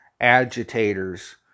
agitators